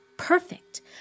perfect